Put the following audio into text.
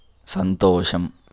సంతోషం